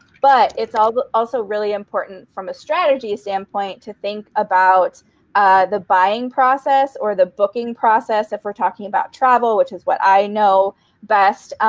but it's ah but also really important, from a strategy standpoint, to think about the buying process or the booking process, if we're talking about travel, which is what i know best.